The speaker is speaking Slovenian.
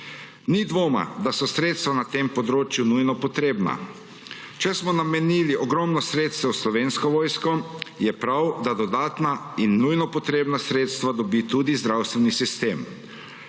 Ni dvoma, da so sredstva na tem področju nujno potrebna. Če smo namenili ogromno sredstev v Slovensko vojsko, je prav, da dodatna in nujno potrebna sredstva dobi tudi zdravstveni sistem.